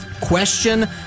question